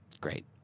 Great